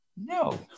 no